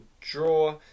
draw